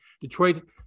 Detroit